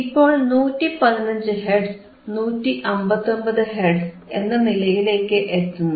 ഇപ്പോൾ 115 hertz 159 hertz എന്ന നിലയിലേക്ക് എത്തുന്നു